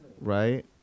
right